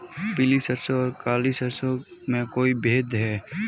पीली सरसों और काली सरसों में कोई भेद है?